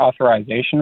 authorization